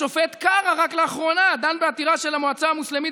השופט קרא רק לאחרונה דן בעתירה של המועצה המוסלמית